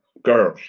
girl.